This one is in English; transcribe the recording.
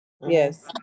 Yes